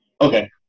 Okay